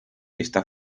está